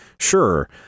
sure